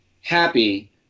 happy